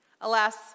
Alas